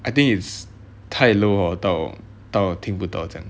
I think it's 太 low hor 到到听不到这样